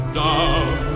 down